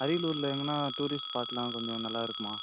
அரியலூரில் எங்கேனா டூரிஸ்ட் ஸ்பாட்லாம் கொஞ்சம் நல்லா இருக்குமா